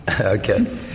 Okay